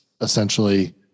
essentially